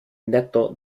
neto